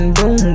boom